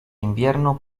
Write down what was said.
invierno